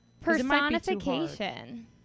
personification